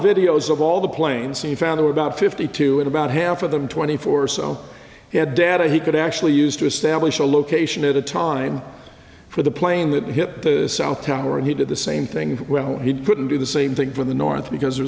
videos of all the planes he found were about fifty two and about half of them twenty four so he had data he could actually use to establish a location at a time for the plane that hit the south tower and he did the same thing when he couldn't do the same thing for the north because there